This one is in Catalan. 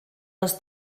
les